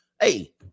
Hey